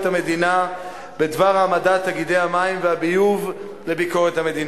המדינה בדבר העמדת תאגידי המים והביוב לביקורת המדינה.